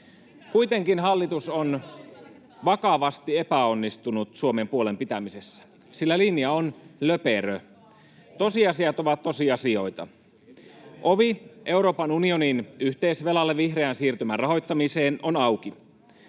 Kuitenkin hallitus on vakavasti epäonnistunut Suomen puolen pitämisessä, sillä linja on löperö. Tosiasiat ovat tosiasioita: Ovi Euroopan unionin yhteisvelalle vihreän siirtymän rahoittamiseen on auki.